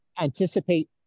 anticipate